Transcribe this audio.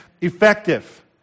effective